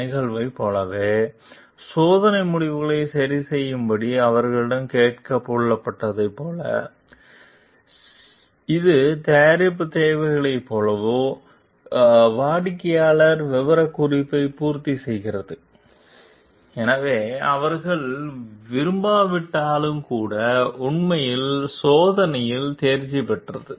நிகழ்வைப் போலவே சோதனை முடிவுகளை சரிசெய்யும்படி அவர்களிடம் கேட்கப்பட்டதைப் போல இது தயாரிப்புத் தேவைகளைப் போலவே வாடிக்கையாளர் விவரக்குறிப்பையும் பூர்த்தி செய்கிறது எனவே அவர்கள் விரும்பாவிட்டாலும் கூட உண்மையில் சோதனையில் தேர்ச்சி பெற்றது